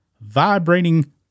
vibrating